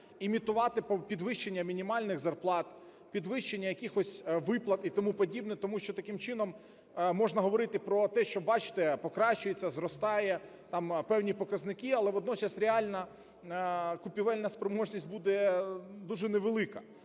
імітувати підвищення мінімальних зарплат, підвищення якихось виплат і тому подібне. Тому що, таким чином, можна говорити про те, що, бачите, покращуються, зростають там певні показники. Але водночас реально купівельна спроможність буде дуже невелика